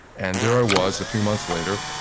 and there i was, a few months later,